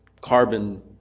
carbon